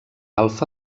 alfa